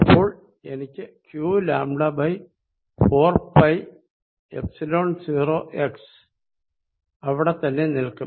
അപ്പോൾ എനിക്ക് qλ4πϵ0x അവിടെത്തന്നെ നിൽക്കും